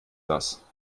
das